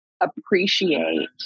appreciate